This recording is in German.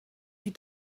die